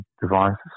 devices